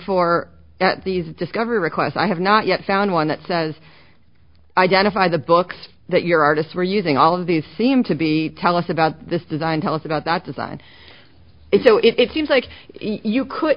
for these discovery requests i have not yet found one that says identify the books that your artists were using all of these seem to be tell us about this design tell us about that design it so it seems like you could